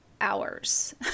hours